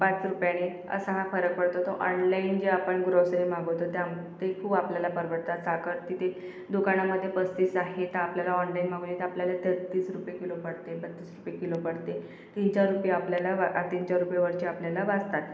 पाच रुपयानी असा हा फरक पडतो तो ऑनलाईन जे आपण ग्रॉसरी मागवतो त्याम ते खूप आपल्याला परवडतात साखर तिथे दुकानामध्ये पस्तीस आहे तर आपल्याला ऑनलाईन मागवले तर आपल्याला तेहतीस रुपये किलो पडते बत्तीस रुपये किलो पडते तीनचार रुपये आपल्याला वा तीनचार रुपये वरचे आपल्याला वाचतात